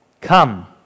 come